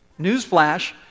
Newsflash